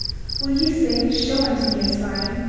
will ye say, show unto me a sign,